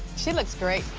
she looked great.